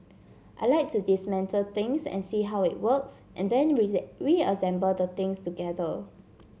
I like to dismantle things and see how it works and then reassemble the things together